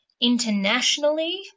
internationally